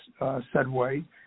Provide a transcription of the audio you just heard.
Sedway